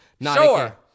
Sure